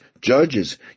judges